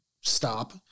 stop